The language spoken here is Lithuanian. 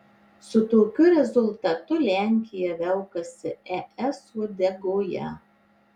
su tokiu rezultatu lenkija velkasi es uodegoje